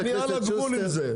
אני על הגבול עם זה,